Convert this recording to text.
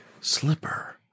slipper